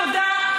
תודה,